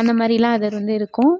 அந்த மாதிரிலாம் அது வந்து இருக்கும்